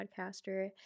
podcaster